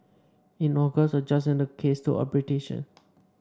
in August a judge sent the case to arbitration